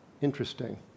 Interesting